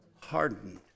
hardened